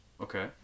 Okay